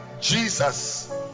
Jesus